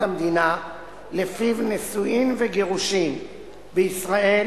המדינה ולפיו נישואים וגירושים בישראל